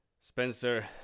Spencer